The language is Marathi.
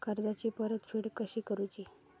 कर्जाची परतफेड कशी करुची?